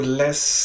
less